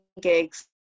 gigs